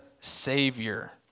Savior